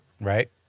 Right